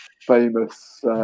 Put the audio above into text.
famous